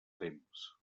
temps